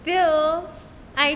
still I